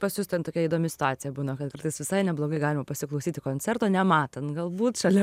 pas jus ten tokia įdomi situacija būna kad kartais visai neblogai galima pasiklausyti koncerto nematant galbūt šalia